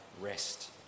rest